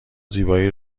زیبایی